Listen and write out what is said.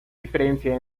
diferencia